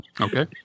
okay